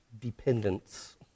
dependence